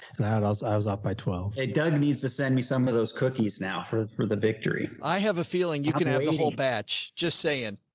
i was off by twelve hey, doug needs to send me some of those cookies now for for the victory. i have a feeling you can have the whole batch just saying,